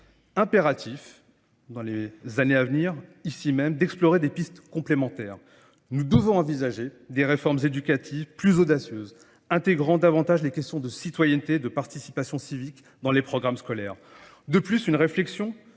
impératif dans les années à venir, ici même, d'explorer des pistes complémentaires. Nous devons envisager des réformes éducatives plus audacieuses, intégrant davantage les questions de citoyenneté, de participation civique dans les programmes scolaires. De plus, une réflexion